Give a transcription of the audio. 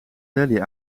rally